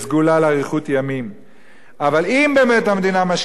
אבל אם באמת המדינה משקיעה מאות מיליונים במסכות אב"כ,